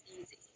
easy